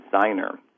designer